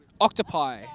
octopi